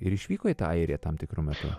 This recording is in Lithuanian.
ir išvyko į tą airiją tam tikru metu